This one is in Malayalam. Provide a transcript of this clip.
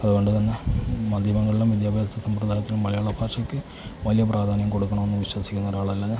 അതുകൊണ്ട് തന്നെ മാധ്യമങ്ങളിലും വിദ്യാഭ്യാസ സമ്പ്രദായത്തിലും മലയാള ഭാഷയ്ക്ക് വലിയ പ്രധാന്യം കൊടുക്കണം എന്ന് വിശ്വസിക്കുന്ന ഒരാളല്ല ഞാൻ